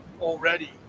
already